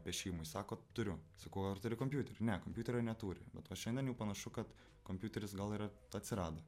piešimui sako turiu sakau ar turi kompiuterį ne kompiuterio neturi bet va šiandien jau panašu kad kompiuteris gal ir atsirado